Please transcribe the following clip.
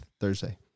Thursday